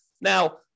Now